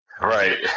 Right